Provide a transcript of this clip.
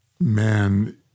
man